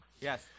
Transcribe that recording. Yes